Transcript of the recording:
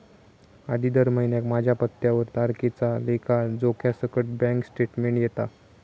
आधी दर महिन्याक माझ्या पत्त्यावर तारखेच्या लेखा जोख्यासकट बॅन्क स्टेटमेंट येता